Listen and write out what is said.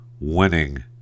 winning